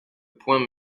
poing